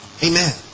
Amen